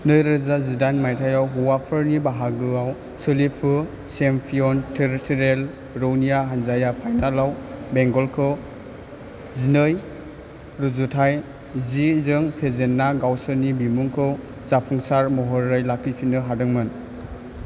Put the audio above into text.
नैरोजा जिदाइन मायथाइयाव हौवाफोरनि बाहागोआव सोलिफु सेम्पियन टेरिटरियेल रौनिया हानजाया फाइनालाव बेंगलखौ जिनै रुजुथाइ जि जों फेजेन्ना गावसोरनि बिमुंखौ जाफुंसार महरै लाखिफिन्नो हादोंमोन